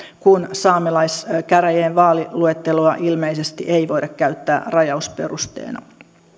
kun saamelaiskäräjien vaaliluetteloa ilmeisesti ei voida käyttää rajausperusteena